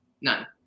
none